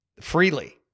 freely